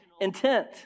intent